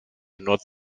north